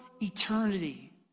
eternity